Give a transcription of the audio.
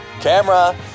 camera